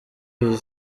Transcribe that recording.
iyi